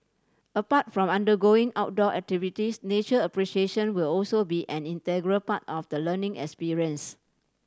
apart from undergoing outdoor activities nature appreciation will also be an integral part of the learning experience